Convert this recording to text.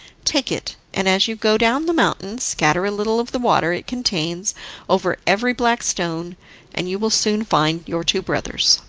take it, and, as you go down the mountain, scatter a little of the water it contains over every black stone and you will soon find your two brothers.